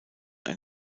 ein